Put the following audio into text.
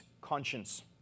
conscience